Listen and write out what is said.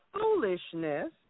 foolishness